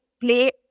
play